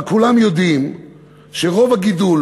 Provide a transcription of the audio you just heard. אבל כולם יודעים שרוב הגידול